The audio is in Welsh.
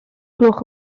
gloch